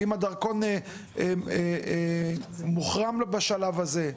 ואם הדרכון מוחרם לו בשלב הזה.